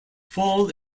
fall